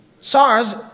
SARS